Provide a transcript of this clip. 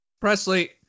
Presley